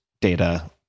data